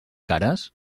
cares